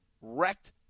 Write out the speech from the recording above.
wrecked